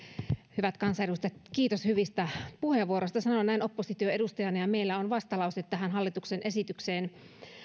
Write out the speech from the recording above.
hyvät kansanedustajat kiitos hyvistä puheenvuoroista sanon sen näin oppositioedustajana ja meillä on vastalause tähän hallituksen esitykseen